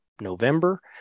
November